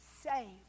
saved